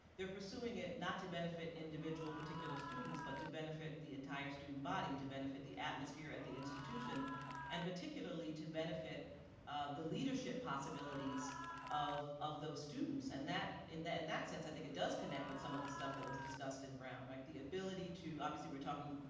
they're pursuing it not to benefit individual particular students, but to benefit the entire student body, to benefit the atmosphere at the institution and particularly to benefit the leadership possibilities of of those students and that, in that and that sense, i think it does connect with some of the stuff that was discussed in brown, right, like the ability to, obviously we're talking,